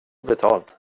betalt